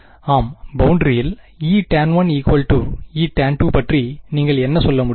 ஆம் பௌண்டரி யில் Etan1 Etan2 பற்றி நீங்கள் என்ன சொல்ல முடியும்